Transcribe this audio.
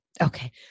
Okay